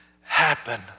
happen